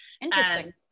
Interesting